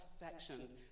affections